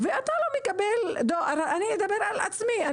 אני אדבר על עצמי.